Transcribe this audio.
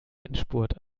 endspurt